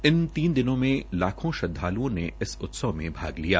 इन तीन दिनों में लाखों श्रद्वाल्ओं ने इस उत्सव में भाग लिया